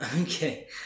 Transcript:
Okay